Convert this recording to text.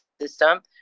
system